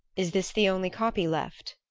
is this the only copy left?